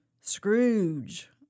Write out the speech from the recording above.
Scrooge